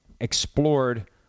explored